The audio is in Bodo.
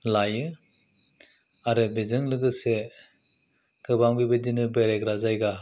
लायो आरो बेजों लोगोसे गोबां बेबायदिनो बेरायग्रा जायगा